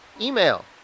email